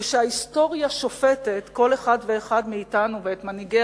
ושההיסטוריה שופטת כל אחד ואחד מאתנו ואת מנהיגי